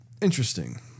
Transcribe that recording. Interesting